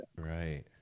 Right